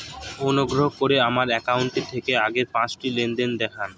অনুগ্রহ করে আমার অ্যাকাউন্ট থেকে আগের পাঁচটি লেনদেন দেখান